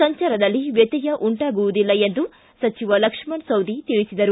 ಸಂಚಾರದಲ್ಲಿ ವ್ಯತ್ಯಯ ಉಂಟಾಗುವುದಿಲ್ಲ ಎಂದು ಸಚಿವ ಲಕ್ಷ್ಮಣ ಸವದಿ ತಿಳಿಸಿದರು